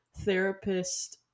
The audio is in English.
therapist